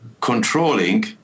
controlling